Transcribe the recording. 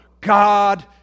God